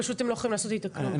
פשוט הם לא יכולים לעשות איתה כלום.